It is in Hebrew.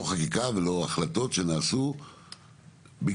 לא חקיקה ולא החלטות שנעשו בגלל,